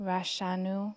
Rashanu